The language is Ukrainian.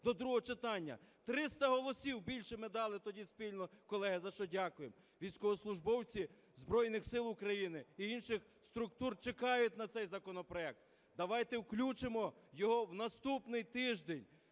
до другого читання. Триста голосів і більше ми дали тоді спільно, колеги, за що дякуємо. Військовослужбовці Збройних Сил України і інших структур чекають на цей законопроект. Давайте включимо його в наступний тиждень